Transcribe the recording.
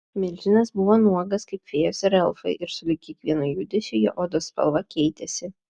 milžinas buvo nuogas kaip fėjos ir elfai ir sulig kiekvienu judesiu jo odos spalva keitėsi